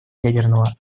ядерного